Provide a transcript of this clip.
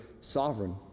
sovereign